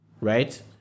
Right